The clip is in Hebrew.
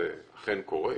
זה אכן קורה,